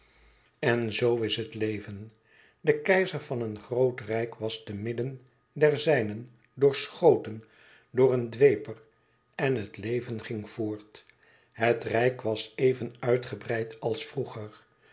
en zoo is het leven de keizer van een groot rijk was te midden der zijnen doorschoten door een dweper en het leven ging voort het rijk was even uitgebreid als vroeger